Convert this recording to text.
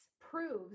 proves